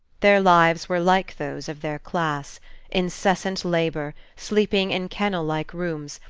their lives were like those of their class incessant labor, sleeping in kennel-like rooms,